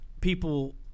people